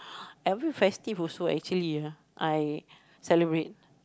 every festive also actually ah I celebrate